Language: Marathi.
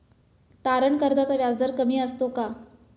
तारण कर्जाचा व्याजदर कमी असतो का?